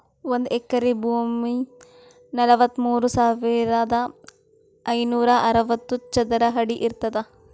ಒಂದ್ ಎಕರಿ ಭೂಮಿ ನಲವತ್ಮೂರು ಸಾವಿರದ ಐನೂರ ಅರವತ್ತು ಚದರ ಅಡಿ ಇರ್ತದ